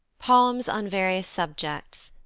poems on various subjects,